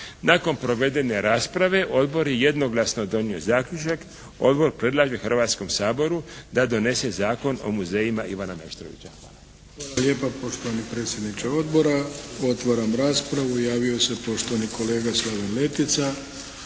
Nakon provedene rasprave Odbor je jednoglasno donio zaključak. Odbor predlaže Hrvatskom saboru da donese Zakon o muzejima Ivana Meštrovića. Hvala. **Arlović, Mato (SDP)** Hvala lijepa poštovani predsjedniče Odbora. Otvaram raspravu. Javio se poštovani kolega Slaven Letica